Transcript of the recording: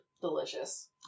Delicious